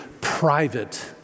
private